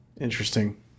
Interesting